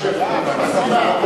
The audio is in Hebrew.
מסכימה.